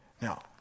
Now